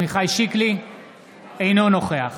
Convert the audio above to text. אינו נוכח